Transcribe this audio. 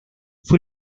fue